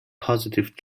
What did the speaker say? positive